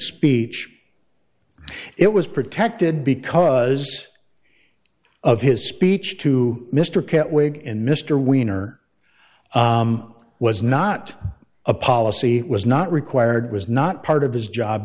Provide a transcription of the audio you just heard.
speech it was protected because of his speech to mr can't wait in mr weener was not a policy was not required was not part of his job